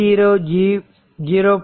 5 0 ஆகும்